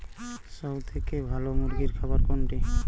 সবথেকে ভালো মুরগির খাবার কোনটি?